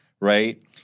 right